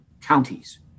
counties